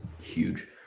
huge